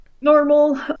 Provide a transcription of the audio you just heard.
normal